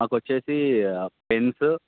మాకు వచ్చి పెన్సు